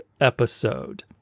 episode